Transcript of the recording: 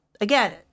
again